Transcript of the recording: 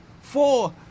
Four